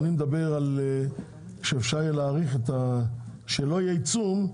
אני מדבר על שאפשר יהיה להאריך שלא יהיה עיצום,